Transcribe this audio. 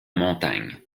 montagne